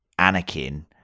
Anakin